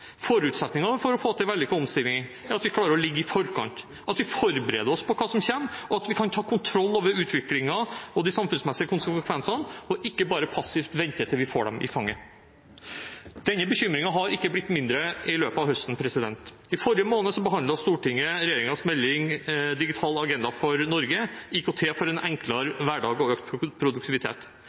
Forutsetningen for å få til en vellykket omstilling er at vi klarer å ligge i forkant, at vi forbereder oss på hva som kommer, og at vi kan ta kontroll over utviklingen og de samfunnsmessige konsekvensene og ikke bare passivt vente til vi får dem i fanget. Denne bekymringen har ikke blitt mindre i løpet av høsten. I forrige måned behandlet Stortinget regjeringens melding Digital agenda for Norge – IKT for en enklere hverdag og økt produktivitet.